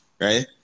Right